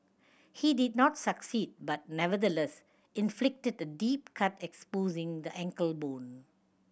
he did not succeed but nevertheless inflicted a deep cut exposing the ankle bone